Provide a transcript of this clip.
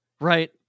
right